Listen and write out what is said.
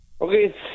Okay